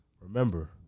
Remember